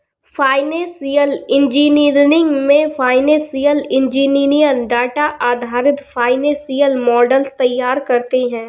financial engineering में financial engineer data आधारित financial models तैयार करते है